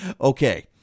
Okay